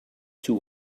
two